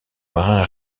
marins